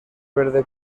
verde